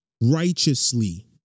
righteously